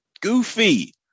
goofy